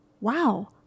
wow